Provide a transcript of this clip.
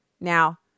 Now